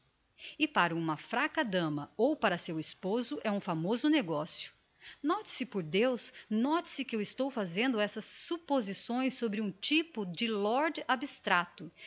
e para uma fraca dama ou para seu esposo é um famoso negocio note-se por deus note-se que eu estou fazendo estas supposições sobre um typo de lord abstracto